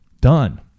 done